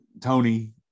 Tony